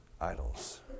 idols